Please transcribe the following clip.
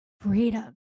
freedom